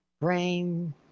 brain